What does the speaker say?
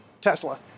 Tesla